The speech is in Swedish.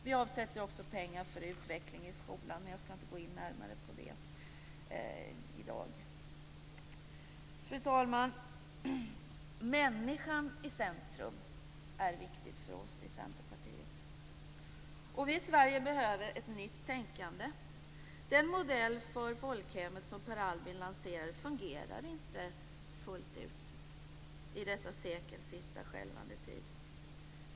Vi avsätter också pengar för utveckling i skolan, men jag skall inte gå in närmare på det. Fru talman! Människan i centrum är viktigt för oss i Centerpartiet. Vi behöver ett nytt tänkande i Sverige. Den modell för folkhemmet som Per Albin lanserade fungerar inte fullt ut i detta sekels sista skälvande tid.